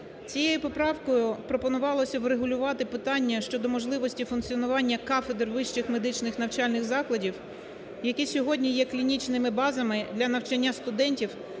Цією поправкою пропонувалося врегулювати питання щодо можливості функціонування кафедр вищих медичних навчальних закладів, які сьогодні є клінічними базами для навчання студентів